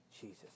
Jesus